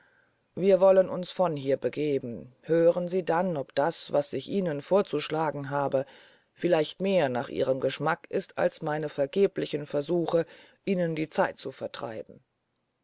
wir wollen uns von hier begeben hören sie dann ob das was ich ihnen vorzuschlagen habe vielleicht mehr nach ihrem geschmack ist als meine vergeblichen versuche ihnen die zeit zu vertreiben